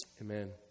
Amen